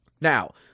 Now